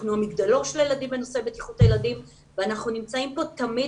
אנחנו המגדלור של הילדים בנושא בטיחות הילדים ואנחנו נמצאים פה תמיד